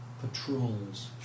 patrols